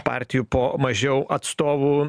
partijų po mažiau atstovų